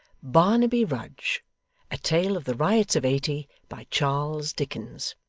barnaby rudge a tale of the riots of eighty by charles dickens